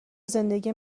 زندگی